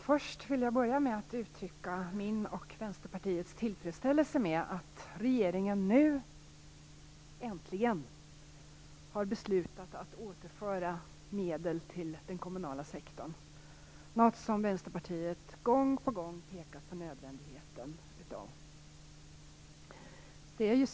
Herr talman! Först vill jag uttrycka min och Vänsterpartiets tillfredsställelse med att regeringen nu äntligen har beslutat att återföra medel till den kommunala sektorn. Det är något som Vänsterpartiet gång på gång pekat på nödvändigheten av.